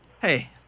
hey